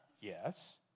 Yes